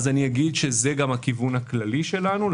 אז אגיד שזה גם הכיוון הכללי שלנו,